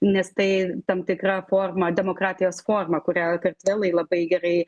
nes tai tam tikra forma demokratijos forma kurią kartvelai labai gerai